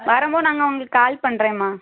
வரும்போது நான் உங்களுக்குக் கால் பண்ணுறேம்மா